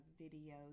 videos